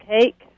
cake